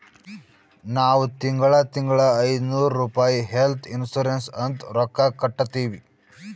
ನಾವ್ ತಿಂಗಳಾ ತಿಂಗಳಾ ಐಯ್ದನೂರ್ ರುಪಾಯಿ ಹೆಲ್ತ್ ಇನ್ಸೂರೆನ್ಸ್ ಅಂತ್ ರೊಕ್ಕಾ ಕಟ್ಟತ್ತಿವಿ